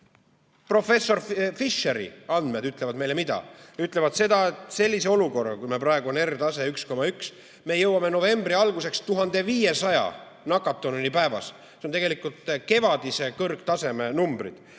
Professor Fischeri andmed ütlevad meile mida? Ütlevad seda, et sellise olukorra [jätkudes] – meil praegu on R tase 1,1 – me jõuame novembri alguseks 1500 nakatununi päevas. Need on tegelikult kevadise kõrgtaseme numbrid.